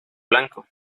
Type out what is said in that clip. blanco